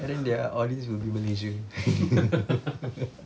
and then their all these will be malaysians